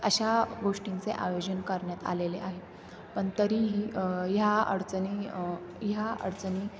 अशा गोष्टींचे आयोजन करण्यात आलेले आहे पण तरीही ह्या अडचणी ह्या अडचणी